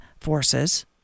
forces